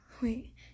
wait